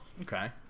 Okay